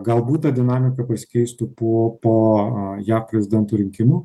galbūt ta dinamika pasikeistų po po jav prezidento rinkimų